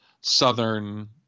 southern